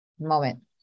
moment